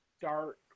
dark